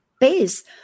base